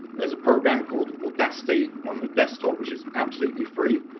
there is a programme called audacity on the desktop which is absolutely free,